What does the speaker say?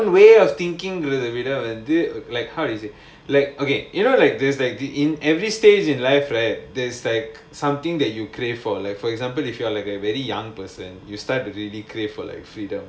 own way of thinking வந்து:vandhu like how to say like okay you know like there's like the in every stage in life right there's like something that you crave for like for example if you are like a very young person you start to really crave for like freedom